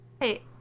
Hey